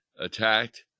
attacked